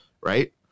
Right